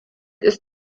ist